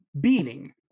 beating